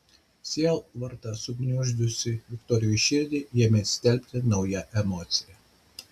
sielvartą sugniuždžiusį viktorijos širdį ėmė stelbti nauja emocija